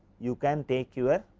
you can take your